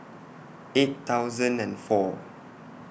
eight thousand and four